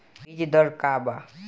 बीज दर का वा?